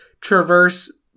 traverse